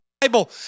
Bible